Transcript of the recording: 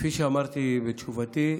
כפי שאמרתי בתשובתי,